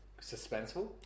suspenseful